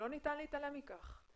לא ניתן להתעלם מכך.